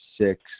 six